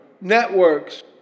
networks